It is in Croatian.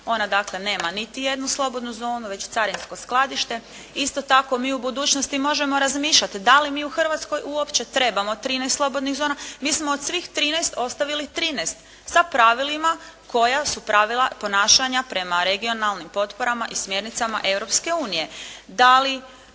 onda dakle nema niti jednu slobodnu zonu, već carinsko skladište. Isto tako, mi u budućnosti možemo razmišljati da li mi u Hrvatskoj uopće trebamo 13 slobodnih zona. Mi smo od svih 13 ostavili 13 sa pravilima koja su pravila ponašanja prema regionalnim potporama i smjernicama